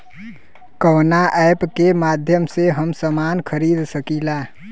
कवना ऐपके माध्यम से हम समान खरीद सकीला?